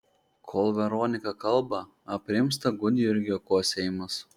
kol veronika kalba aprimsta gudjurgio kosėjimas